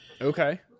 Okay